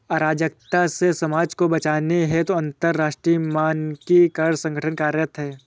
अराजकता से समाज को बचाने हेतु अंतरराष्ट्रीय मानकीकरण संगठन कार्यरत है